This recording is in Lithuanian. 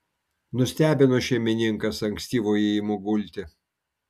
nustebino šeimininkas ankstyvu ėjimu gulti